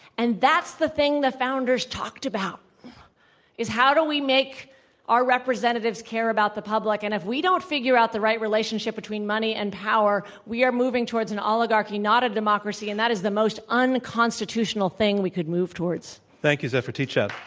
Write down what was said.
and that's the thing the founders talked about is, how do we make our representatives care about the public? and if we don't figure out the right relationship between money and power, we are moving towards an oligarchy, not a democracy, and that is the most unconstitutional thing we could move towards. thank you, zephyr teachout.